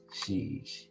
Sheesh